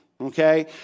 okay